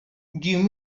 give